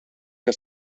que